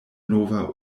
nova